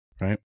right